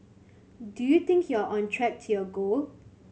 do you think you're on track to your goal